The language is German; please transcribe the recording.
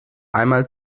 einmal